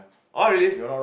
oh really